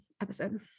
episode